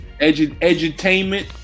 Edutainment